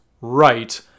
right